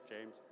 James